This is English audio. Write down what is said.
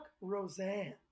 Roseanne